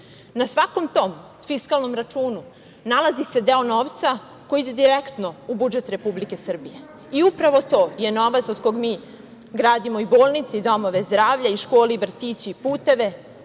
Na svakom tom fiskalnom računu nalazi se deo novca koji ide direktno u budžet Republike Srbije. I upravo to je novac od koga mi gradimo i bolnice, i domove zdravlja, i škole, i vrtiće, i puteve,